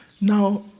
now